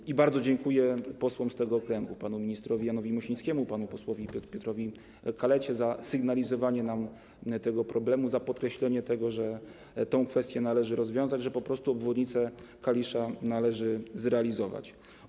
I bardzo dziękuję posłom z tego okręgu, panu ministrowi Janowi Mosińskiemu, panu posłowi Piotrowi Kalecie za sygnalizowanie nam tego problemu, za podkreślenie tego, że tę kwestię należy rozwiązać, że po prostu obwodnicę Kalisza należy zrealizować.